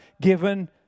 given